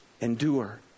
Endure